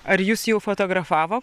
ar jus jau fotografavo